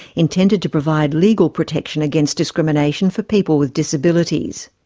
intended to provide legal protection against discrimination for people with disabilities.